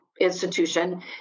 institution